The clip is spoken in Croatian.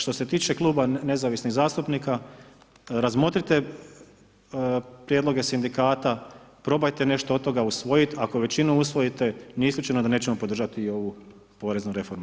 Što se tiče Kluba nezavisnih zastupnika, razmotrite prijedloge sindikata, probajte nešto od toga usvojit, ako većinu usvojite nije isključeno da nećemo podržati i ovu poreznu reformu.